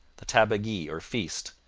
the tabagie or feast,